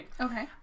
Okay